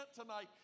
tonight